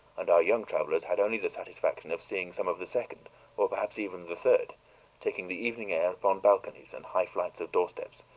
and our young travelers had only the satisfaction of seeing some of the second or perhaps even the third taking the evening air upon balconies and high flights of doorsteps,